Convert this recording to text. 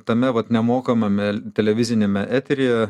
tame vat nemokamame televiziniame eteryje